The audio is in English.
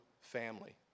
family